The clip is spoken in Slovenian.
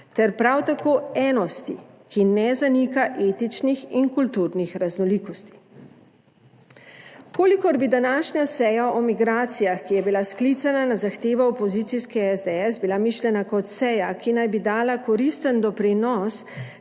ter prav tako enosti, ki ne zanika etičnih in kulturnih raznolikosti. V kolikor bi današnja seja o migracijah, ki je bila sklicana na zahtevo opozicijske SDS, bila mišljena kot seja, ki naj bi dala koristen doprinos